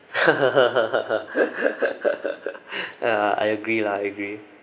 ya I agree lah I agree